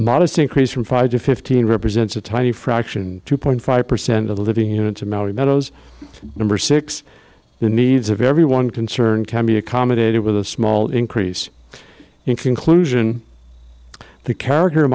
modest increase from five to fifteen represents a tiny fraction two point five percent of the living units of maui beddoes number six the needs of everyone concerned can be accommodated with a small increase in conclusion the character